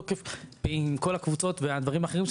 מתוקף תפקידי ועם כל הקבוצות והדברים האחרים,